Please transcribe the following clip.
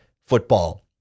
football